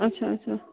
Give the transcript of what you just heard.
اچھا اچھا